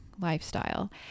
lifestyle